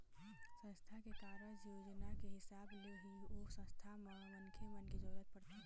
संस्था के कारज योजना के हिसाब ले ही ओ संस्था म मनखे मन के जरुरत पड़थे